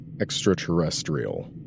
Extraterrestrial